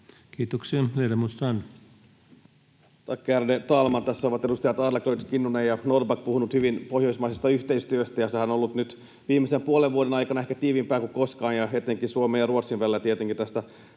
Tack, ärade talman! Tässä ovat edustajat Adlercreutz, Kinnunen ja Norrback puhuneet hyvin pohjoismaisesta yhteistyöstä, ja sehän on ollut nyt viimeisen puolen vuoden aikana ehkä tiiviimpää kuin koskaan, etenkin Suomen ja Ruotsin välillä tietenkin tästä